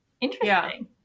interesting